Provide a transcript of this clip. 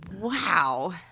wow